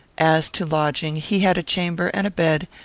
as to lodging, he had a chamber and a bed,